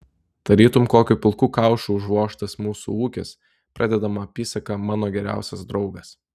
tarytum kokiu pilku kaušu užvožtas mūsų ūkis pradedama apysaka mano geriausias draugas